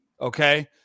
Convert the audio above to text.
Okay